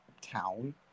town